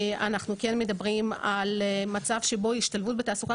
אנחנו מדברים על מצב שבו השתלבות בתעסוקה